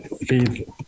feed